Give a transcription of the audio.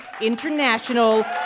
International